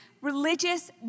religious